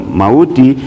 mauti